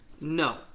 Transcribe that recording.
No